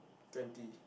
twenty